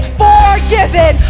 forgiven